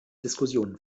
diskussionen